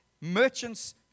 merchants